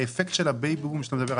האפקט של ה-בייבי בום עליו אתה מדבר,